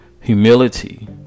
humility